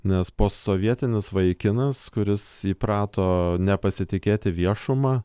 nes posovietinis vaikinas kuris įprato nepasitikėti viešuma